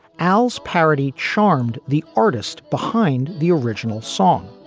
al's parody charmed the artist behind the original song.